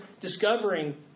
discovering